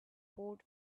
poured